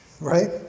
right